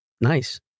Nice